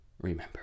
remember